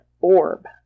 Orb